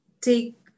take